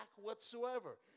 whatsoever